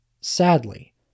Sadly